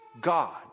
God